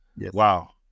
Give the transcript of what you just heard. Wow